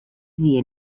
die